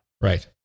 Right